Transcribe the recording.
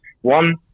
one